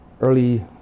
early